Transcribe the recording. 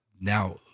Now